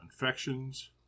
infections